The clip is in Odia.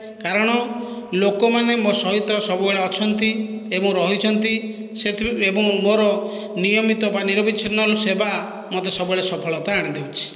କାରଣ ଲୋକମାନେ ମୋ ସହିତ ସବୁବେଳେ ଅଛନ୍ତି ଏବଂ ରହିଛନ୍ତି ସେଥିରୁ ଏବଂ ମୋର ନିୟମିତ ଵା ନିରବଛିନ୍ନ ସେବା ମୋତେ ସବୁବେଳେ ସଫଳତା ଆଣି ଦେଉଛି